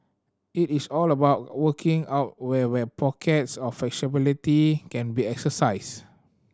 it is all about working out where where pockets of flexibility can be exercise